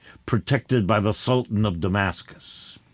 protected by the sultan of damascus.